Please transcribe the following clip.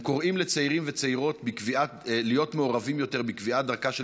הם קוראים לצעירים ולצעירות להיות מעורבים יותר בקביעת דרכה של